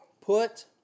put